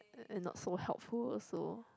and not so helpful also